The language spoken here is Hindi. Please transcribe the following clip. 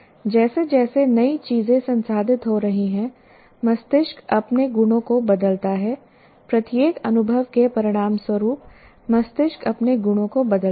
जैसे जैसे नई चीजें संसाधित हो रही हैं मस्तिष्क अपने गुणों को बदलता है प्रत्येक अनुभव के परिणामस्वरूप मस्तिष्क अपने गुणों को बदलता है